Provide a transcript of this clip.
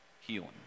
healing